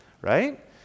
right